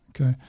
Okay